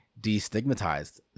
destigmatized